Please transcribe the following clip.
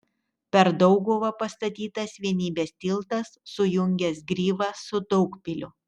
per dauguvą pastatytas vienybės tiltas sujungęs gryvą su daugpiliu